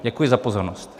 Děkuji za pozornost.